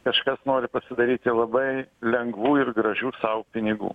kažkas nori pasidaryti labai lengvų ir gražių sau pinigų